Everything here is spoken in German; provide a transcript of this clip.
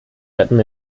retten